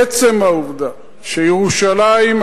עצם העובדה שירושלים,